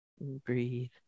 breathe